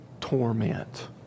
torment